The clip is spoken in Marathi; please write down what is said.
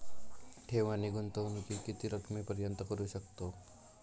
ठेव आणि गुंतवणूकी किती रकमेपर्यंत करू शकतव?